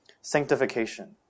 sanctification